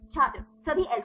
छात्र सभी अल्फा